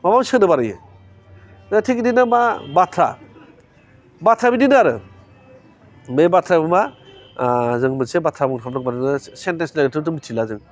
माबा मोनसे सोदोब आरो बेयो थिग बिदिनो मा बाथ्रा बाथ्राया बिदिनो आरो बे बाथ्रायाबो मा जों मोनसे बाथ्रा बुंखांनांगौबा नोङो सेन्टेन्स होन्नानैथ' मिथिला जों